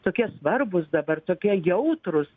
tokie svarbūs dabar tokie jautrūs